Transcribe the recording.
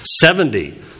Seventy